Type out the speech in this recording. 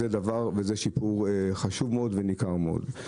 זה שיפור חשוב מאוד וניכר מאוד.